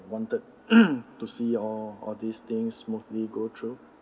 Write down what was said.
wanted to see all all these things smoothly go through